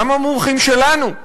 גם המומחים שלנו,